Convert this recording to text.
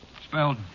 Spelled